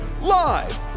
Live